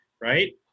right